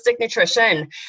nutrition